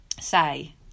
say